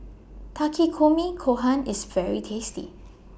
Takikomi Gohan IS very tasty